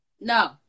no